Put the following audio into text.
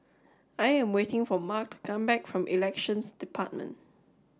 I am waiting for Mart to come back from Elections Department